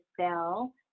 sell